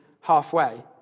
halfway